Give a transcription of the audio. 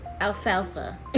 Alfalfa